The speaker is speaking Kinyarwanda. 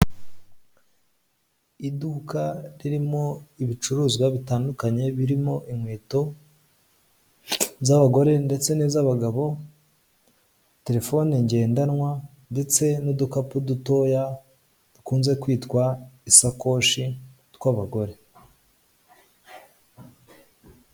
Iduka ririmo ibicuruzwa bitandukanye birimo inkweto z'abagore ndetse n'iz'abagabo, telefone ngendanwa ndetse n'udukapu dutoya dukunze kwitwa isakoshi tw'abagore.